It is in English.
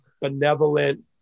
benevolent